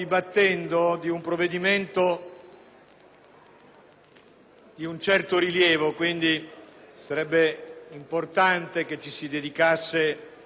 di un certo rilievo, sarebbe quindi importante che ci si dedicasse con cura, perché